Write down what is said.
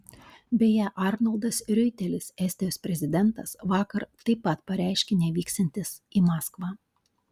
beje arnoldas riuitelis estijos prezidentas vakar taip pat pareiškė nevyksiantis į maskvą